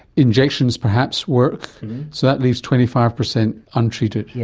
injections perhaps work, so that leaves twenty five percent untreated. yeah